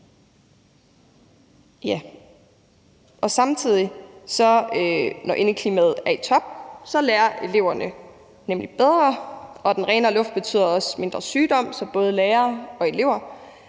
samtidig bedre, og den renere luft betyder også mindre sygdom, så både lærere og elever